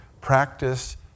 practice